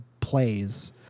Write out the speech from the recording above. plays